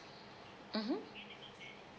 mmhmm